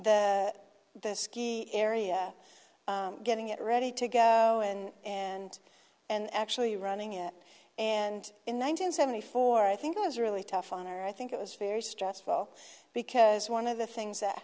the the ski area getting it ready to go in and and actually running it and in one thousand seventy four i think it was really tough on or i think it was very stressful because one of the things that